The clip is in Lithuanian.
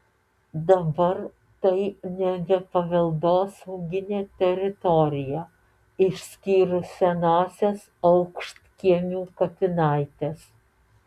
dabar tai nebe paveldosauginė teritorija išskyrus senąsias aukštkiemių kapinaites